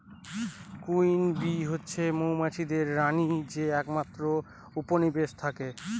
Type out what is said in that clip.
queen bee হচ্ছে মৌমাছিদের রানী যে একমাত্র উপনিবেশে থাকে